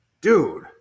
dude